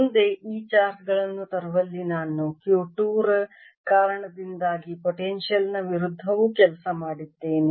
ಮುಂದೆ ಈ ಚಾರ್ಜ್ ಗಳನ್ನು ತರುವಲ್ಲಿ ನಾನು Q 2 ರ ಕಾರಣದಿಂದಾಗಿ ಪೊಟೆನ್ಶಿಯಲ್ ನ ವಿರುದ್ಧವೂ ಕೆಲಸ ಮಾಡಿದ್ದೇನೆ